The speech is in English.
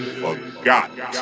forgot